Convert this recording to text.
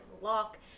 lock